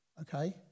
Okay